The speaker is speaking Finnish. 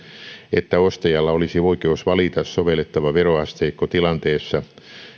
että ostajalla olisi oikeus valita sovellettava veroasteikko tilanteessa